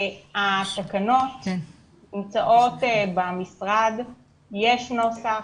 התקנות נמצאות במשרד ויש נוסח.